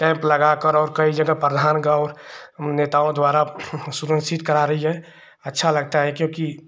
camp लगाकर और कई जगह प्रधान गाँव और नेताओं द्वारा सुरक्षित करा रही है अच्छा लगता है क्योंकि